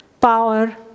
power